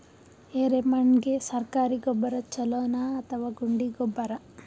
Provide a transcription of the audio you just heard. ಎರೆಮಣ್ ಗೆ ಸರ್ಕಾರಿ ಗೊಬ್ಬರ ಛೂಲೊ ನಾ ಅಥವಾ ಗುಂಡಿ ಗೊಬ್ಬರ?